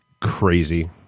crazy